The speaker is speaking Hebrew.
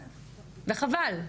וחבל.